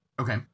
Okay